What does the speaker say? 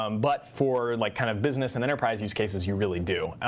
um but for and like kind of business and enterprise use cases, you really do.